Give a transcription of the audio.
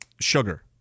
sugar